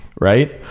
Right